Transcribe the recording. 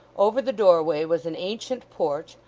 over the doorway was an ancient porch,